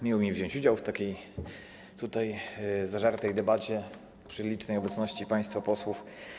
Miło mi wziąć udział w takiej zażartej debacie przy licznej obecności państwa posłów.